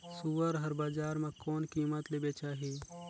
सुअर हर बजार मां कोन कीमत ले बेचाही?